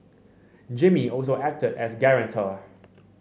Jimmy also acted as guarantor